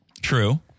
True